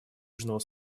южного